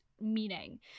meaning